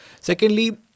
Secondly